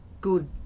good